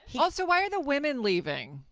also, why are the women leaving?